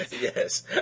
Yes